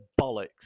bollocks